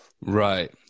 Right